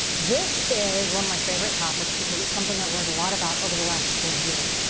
this is one of my favorite topics because it's something i've learned a lot about over the last couple of years.